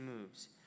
moves